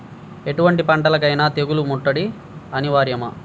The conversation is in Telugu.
ఎటువంటి పంటలకైన తెగులు ముట్టడి అనివార్యమా?